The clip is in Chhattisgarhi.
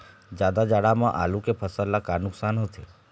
जादा जाड़ा म आलू के फसल ला का नुकसान होथे?